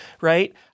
right